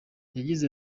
yagize